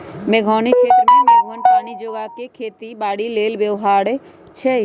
मेघोउनी क्षेत्र में मेघके पानी जोगा कऽ खेती बाड़ी लेल व्यव्हार छै